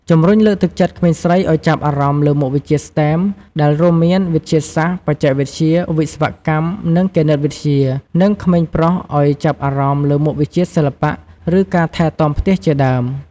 ជំរុញលើកទឹកចិត្តក្មេងស្រីឲ្យចាប់អារម្មណ៍លើមុខវិជ្ជា STEM ដែលរួមមាន វិទ្យាសាស្ត្រ បច្ចេកវិទ្យា វិស្វកម្ម និងគណិតវិទ្យា និងក្មេងប្រុសឲ្យចាប់អារម្មណ៍លើមុខវិជ្ជាសិល្បៈ ឬការថែទាំផ្ទះជាដើម។